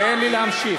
תן לי להמשיך.